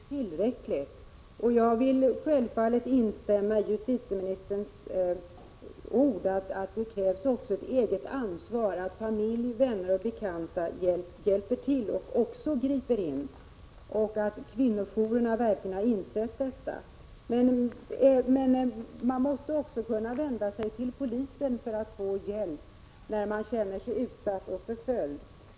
Herr talman! Det är bra att mycket görs, det är nödvändigt men det är inte tillräckligt. Jag vill självfallet instämma i justitieministerns ord att det krävs också ett eget ansvar, att familj, vänner och bekanta måste hjälpa till och gripa in. Kvinnojourerna har verkligen insett detta. Men man måste också kunna vända sig till polisen för att få hjälp när man känner sig utsatt och förföljd.